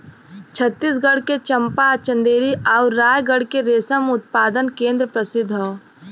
छतीसगढ़ के चंपा, चंदेरी आउर रायगढ़ के रेशम उत्पादन केंद्र प्रसिद्ध हौ